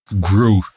grew